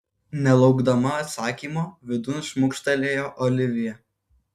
nelaukdama atsakymo vidun šmukštelėjo olivija